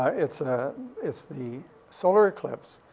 ah it's ah it's the solar eclipse.